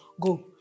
go